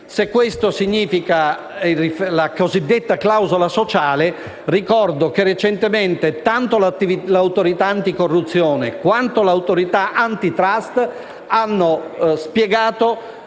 Se questo significa la cosiddetta clausola sociale, ricordo che, recentemente, tanto l'Autorità anticorruzione quanto l'Antitrust hanno spiegato